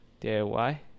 DIY